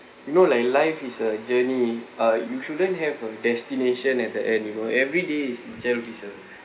you know like life is a journey uh you shouldn't have a destination at the end you know every day itself is a